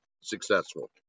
successful